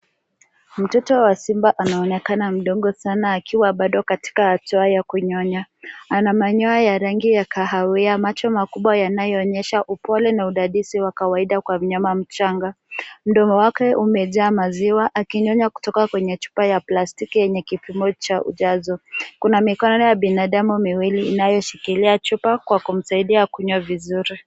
Mtoto wa simba anaonekana mdogo sana, akiwa bado katika hatua ya kunyonya. Ana manyoya ya rangi ya kahawia, macho makubwa yanayoonyesha upole na udadisi wa kawaida kwa mnyama mchanga. Mdomo wake umejaa maziwa, akinyonya kutoka kwenye chupa ya plastiki yenye kipimo cha ujazo. Kuna mikono ya binadamu miwili inayoshikilia chupa kwa kumsaidia akunywe vizuri.